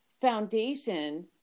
foundation